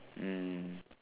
mm